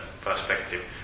perspective